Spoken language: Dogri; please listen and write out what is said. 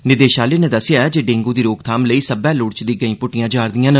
निदेशालय ने दस्सेया ऐ जे डेंगू दी रोकथाम लेई सब्बै लोड़चदी गैई प्ट्टियां जा रदियां न